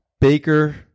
Baker